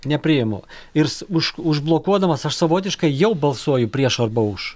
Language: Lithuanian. nepriimu ir už užblokuodamas aš savotiškai jau balsuoju prieš arba už